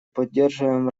поддерживаем